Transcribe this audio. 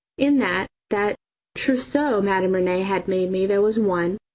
in that that trousseau madame rene had made me there was one,